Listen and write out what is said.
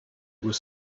was